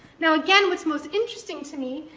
now again, what's most interesting to me,